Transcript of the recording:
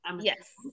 yes